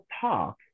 talk